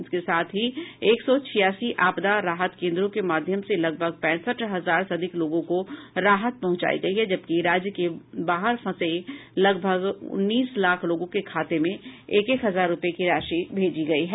इसके साथ ही एक सौ छियासी आपदा राहत केन्द्रों के माध्यम से लगभग पैंसठ हजार से अधिक लोगों को राहत पहुंचायी गयी है जबकि राज्य के बाहर फंसे लगभग उन्नीस लाख लोगों के खाते में एक एक हजार रूपये की राशि भेजी गयी है